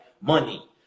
Money